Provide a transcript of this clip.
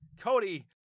Cody